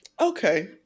Okay